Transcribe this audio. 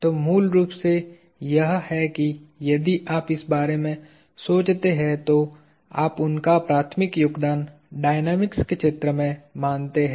तो मूल रूप से यह है की यदि आप इस बारे में सोचते है तो आप उनका प्राथमिक योगदान डायनामिक्स के क्षेत्र में मानते हैं